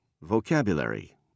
Vocabulary